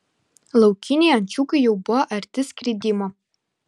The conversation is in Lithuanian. laukiniai ančiukai jau buvo arti skridimo